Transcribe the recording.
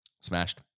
smashed